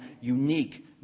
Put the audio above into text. unique